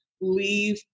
leave